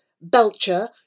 Belcher